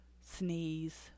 sneeze